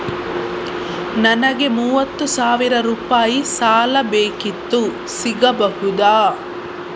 ನನಗೆ ಮೂವತ್ತು ಸಾವಿರ ರೂಪಾಯಿ ಸಾಲ ಬೇಕಿತ್ತು ಸಿಗಬಹುದಾ?